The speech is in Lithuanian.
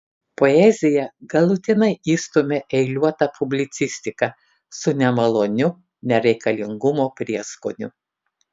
poeziją galutinai išstumia eiliuota publicistika su nemaloniu nereikalingumo prieskoniu